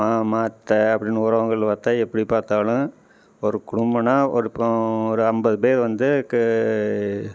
மாமா அத்த அப்படின்னு உறவுகளுன்னு பார்த்தா எப்படி பார்த்தாலும் ஒரு குடும்பன்னா ஒரு ஐம்பது பேர் வந்து க்க